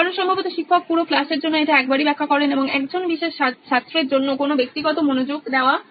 কারণ সম্ভবত শিক্ষক পুরো ক্লাসের জন্য এটা একবারই ব্যাখ্যা করেন এবং একজন বিশেষ ছাত্রের জন্য কোনো ব্যক্তিগত মনোযোগ দেওয়া হয় না